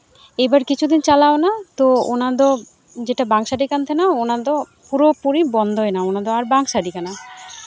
ᱮᱭᱵᱟᱨ ᱠᱤᱪᱷᱩ ᱫᱤᱱ ᱪᱟᱞᱟᱣᱱᱟ ᱚᱱᱟᱫᱚ ᱡᱮᱴᱟ ᱵᱟᱝ ᱥᱟᱰᱮ ᱠᱟᱱ ᱛᱟᱦᱮᱱᱟ ᱚᱱᱟᱫᱚ ᱯᱩᱨᱟᱹᱯᱩᱨᱤ ᱵᱚᱱᱫᱚᱭᱮᱱᱟ ᱚᱱᱟᱫᱚ ᱵᱟᱝ ᱥᱟᱰᱮ ᱠᱟᱱᱟ